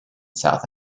south